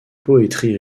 poetry